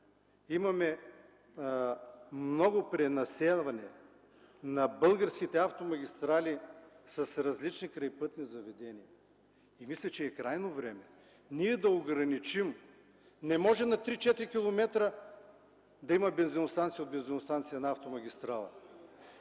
имаме много пренаселване на българските автомагистрали с различни крайпътни заведения. Мисля, че е крайно време да ограничим – не може на 3 4 км да има бензиностанция до бензиностанция на автомагистрала.